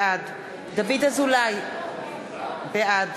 בעד דוד אזולאי, בעד